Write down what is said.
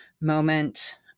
moment